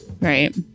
Right